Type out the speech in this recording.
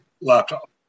laptop